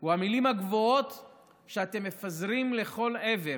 הוא המילים הגבוהות שאתם מפזרים לכל עבר